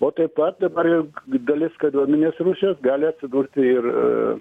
o taip pat dabar ir dalis kariuomenės rusijos gali atsidurti ir